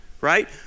right